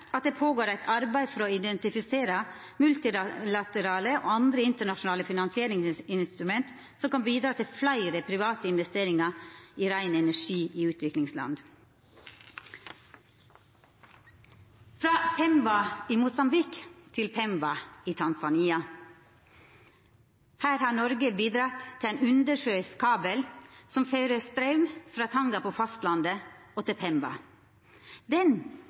at «det pågår et arbeid for å identifisere multilaterale og andre internasjonale finansieringsinstrumenter som kan bidra til flere private investeringer i ren energi i utviklingsland». Frå Pemba i Mosambik til Pemba i Tanzania: Her har Noreg bidrege til ein undersjøisk kabel som fører straum frå Tanga på fastlandet til Pemba.